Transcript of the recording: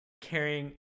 carrying